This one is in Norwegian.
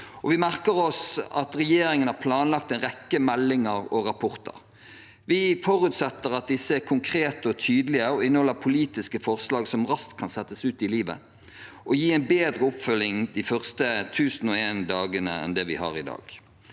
vi merker oss at regjeringen har planlagt en rekke meldinger og rapporter. Vi forutsetter at disse er konkrete og tydelige og inneholder politiske forslag som raskt kan settes ut i livet og gi en bedre oppfølging de første 1 001 dagene av barns liv enn det vi har i dag.